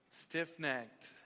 Stiff-necked